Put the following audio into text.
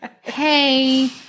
Hey